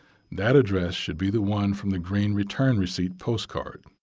that address should be the one from the green return receipt postcard.